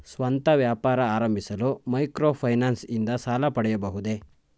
ಸ್ವಂತ ವ್ಯಾಪಾರ ಆರಂಭಿಸಲು ಮೈಕ್ರೋ ಫೈನಾನ್ಸ್ ಇಂದ ಸಾಲ ಪಡೆಯಬಹುದೇ?